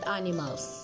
animals